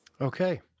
Okay